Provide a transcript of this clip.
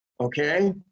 okay